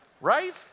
Right